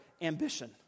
ambition